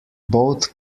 both